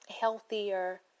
healthier